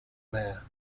mayor